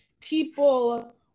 people